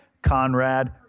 conrad